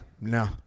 no